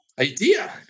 idea